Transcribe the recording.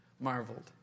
marveled